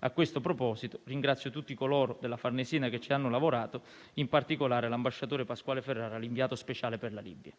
A tal proposito, ringrazio tutti coloro della Farnesina che ci hanno lavorato, in particolare l'ambasciatore Pasquale Ferrara, inviato speciale per la Libia.